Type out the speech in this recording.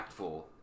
impactful